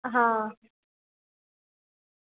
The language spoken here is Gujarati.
હા